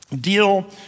deal